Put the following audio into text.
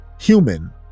Human